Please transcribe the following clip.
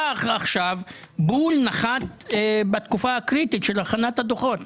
בא עכשיו בול נחת בתקופה הקריטית של הכנת הדוחות.